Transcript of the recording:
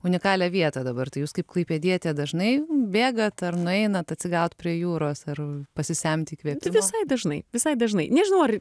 unikalią vietą dabar tai jūs kaip klaipėdietė dažnai bėgat ar einat atsigaut prie jūros ar pasisemt įkvėpimo visai dažnai visai dažnai nežinau